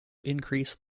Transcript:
increase